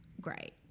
great